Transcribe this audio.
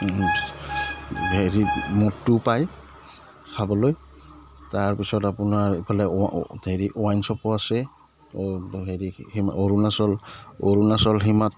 হেৰি মদটোও পায় খাবলৈ তাৰপিছত আপোনাৰ এইফালে হেৰি ৱাইন শ্বপো আছে হেৰি অৰুণাচল অৰুণাচল সীমাত